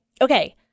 Okay